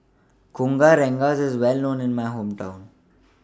Kueh Rengas IS Well known in My Hometown